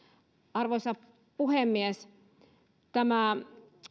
arvoisa puhemies tämä